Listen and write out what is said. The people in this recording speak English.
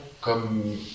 comme